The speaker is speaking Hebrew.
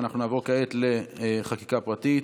נעבור כעת לחקיקה פרטית.